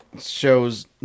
shows